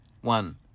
One